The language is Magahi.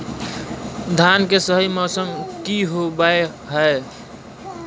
धान के सही मौसम की होवय हैय?